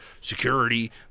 security